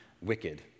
wicked